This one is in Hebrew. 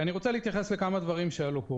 אני רוצה להתייחס לכמה דברים שעלו כאן.